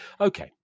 Okay